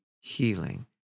healing